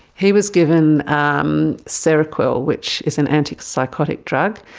he was given um seroquel, which is an antipsychotic drug.